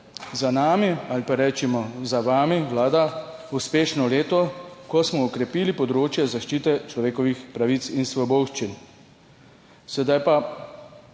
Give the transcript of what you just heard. za nami ali pa recimo za vami, vlada, uspešno leto, ko smo okrepili področje zaščite človekovih pravic in svoboščin. Morda pa